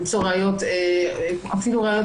למצוא אפילו ראיות,